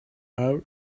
hour